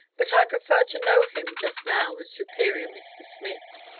but i prefer to know him, just now, as superior mr. smith.